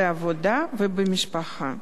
בעבודה ובמשפחה.